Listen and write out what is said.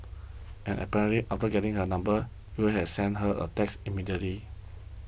and apparently after getting her number U had sent her a text immediately